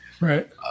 Right